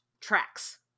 tracks